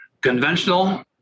conventional